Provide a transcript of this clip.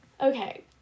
Okay